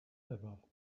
above